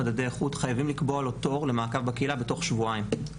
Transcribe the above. חייבים לקבוע לו תור למעקב בקהילה בתוך שבועיים.